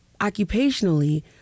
occupationally